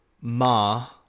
Ma